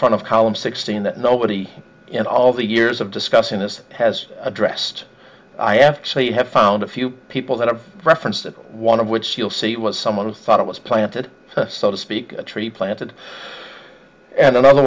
front of column sixteen that nobody in all the years of discussing this has addressed i actually have found a few people that have referenced it one of which you'll see it was someone who thought it was planted so to speak a tree planted and another